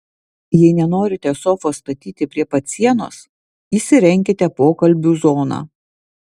jei nenorite sofos statyti prie pat sienos įsirenkite pokalbių zoną